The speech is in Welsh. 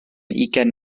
ugain